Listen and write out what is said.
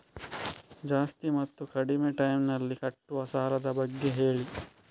ಜಾಸ್ತಿ ಮತ್ತು ಕಡಿಮೆ ಟೈಮ್ ನಲ್ಲಿ ಕಟ್ಟುವ ಸಾಲದ ಬಗ್ಗೆ ಹೇಳಿ